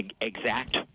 exact